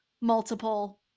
multiple